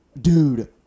Dude